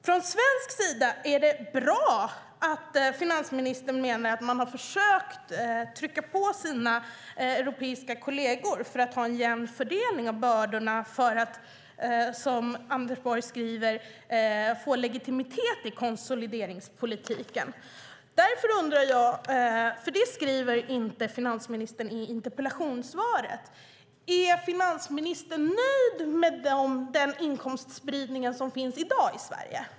Från svensk sida är det bra att finansministern menar att han har försökt trycka på sina europeiska kolleger när det gäller att ha en jämn fördelning av bördorna för att, som Anders Borg skriver, få legitimitet i konsolideringspolitiken. Men det skriver inte finansministern i interpellationssvaret. Därför undrar jag: Är finansministern nöjd med den inkomstspridning som finns i dag i Sverige?